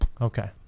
Okay